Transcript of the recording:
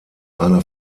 einer